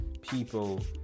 people